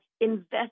invest